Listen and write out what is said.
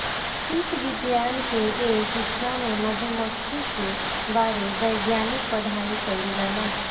कीट विज्ञान के ए हिस्सा में मधुमक्खी के बारे वैज्ञानिक पढ़ाई कईल जाला